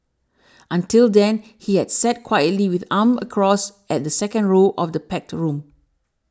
until then he had sat quietly with arms crossed at the second row of the packed room